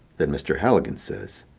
then mr. haligan says.